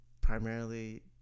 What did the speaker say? primarily